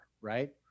right